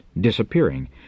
disappearing